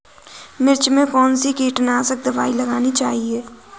मिर्च में कौन सी कीटनाशक दबाई लगानी चाहिए?